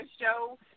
show